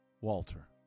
Walter